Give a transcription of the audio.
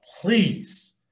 Please